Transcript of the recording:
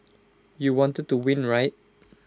you wanted to win right